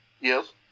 Yes